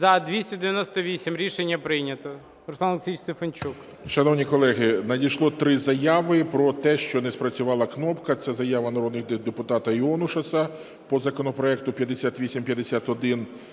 За-298 Рішення прийнято.